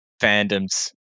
fandoms